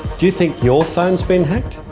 do you think your phone's been hacked?